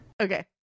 Okay